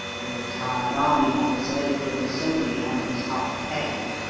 a retired army officer living solely on his half pay.